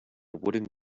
wooden